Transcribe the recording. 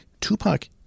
Tupac